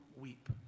weep